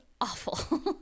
awful